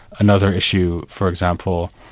another issue for example,